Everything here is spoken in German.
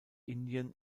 indien